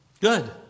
good